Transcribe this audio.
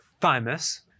thymus